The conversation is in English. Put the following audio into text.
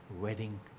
wedding